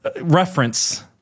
reference